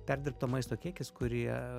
perdirbto maisto kiekis kurie